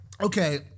okay